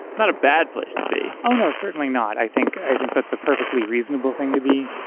not a bad place to be. oh, no! certainly not. i think i think that's a perfectly reasonable thing to be.